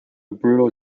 brutal